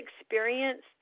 experienced